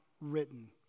written